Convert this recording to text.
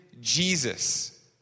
Jesus